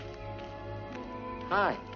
Hi